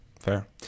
fair